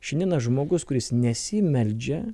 šiandieną žmogus kuris nesimeldžia